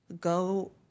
go